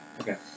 okay